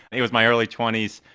it was my early twenty s.